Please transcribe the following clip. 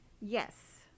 Yes